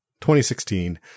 2016